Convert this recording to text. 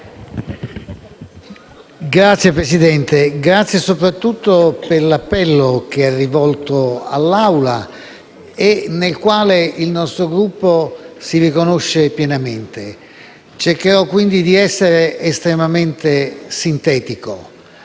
Signora Presidente, la ringrazio per l'appello che ha rivolto all'Assemblea, nel quale il nostro Gruppo si riconosce pienamente. Cercherò, quindi, di essere estremamente sintetico.